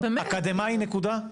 אקדמאי נקודה?